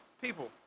people